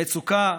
המצוקה,